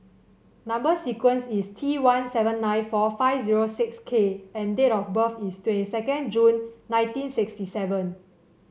number sequence is T one seven nine four five zero six K and date of birth is twenty second June nineteen sixty seven